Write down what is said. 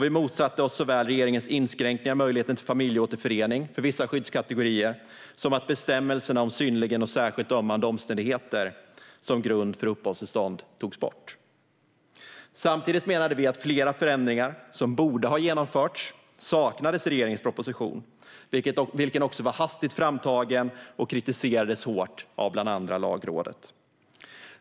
Vi motsatte oss också såväl regeringens inskränkningar av möjligheten till familjeåterförening för vissa skyddskategorier som att bestämmelserna om synnerligen och särskilt ömmande omständigheter som grund för uppehållstillstånd togs bort. Samtidigt menade vi att flera förändringar som borde ha genomförts saknades i regeringens proposition, vilken också var hastigt framtagen och kritiserades hårt av bland andra Lagrådet.